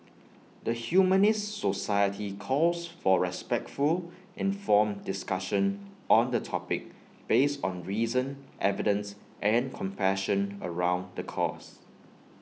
the Humanist society calls for respectful informed discussion on the topic based on reason evidence and compassion around the cause